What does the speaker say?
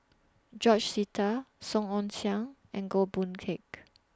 George Sita Song Ong Siang and Goh Boon Teck